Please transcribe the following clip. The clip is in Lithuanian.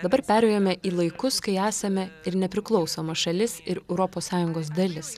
dabar perėjome į laikus kai esame ir nepriklausoma šalis ir europos sąjungos dalis